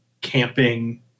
camping